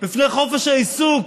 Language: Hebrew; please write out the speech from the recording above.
בפני חופש העיסוק